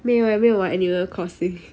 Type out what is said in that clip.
没有 eh 没有玩 animal crossing